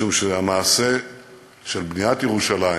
משום שהמעשה של בניית ירושלים,